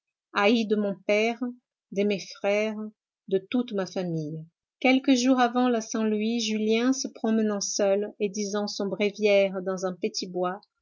de mon père de mes frères de toute ma famille quelques jours avant la saint-louis julien se promenant seul et disant son bréviaire dans un petit bois